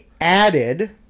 added